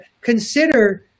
consider